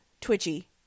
Twitchy